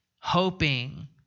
hoping